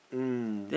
mm